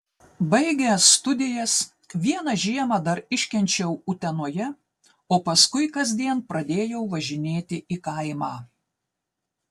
baigęs studijas vieną žiemą dar iškenčiau utenoje o paskui kasdien pradėjau važinėti į kaimą